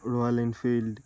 Royal Enfield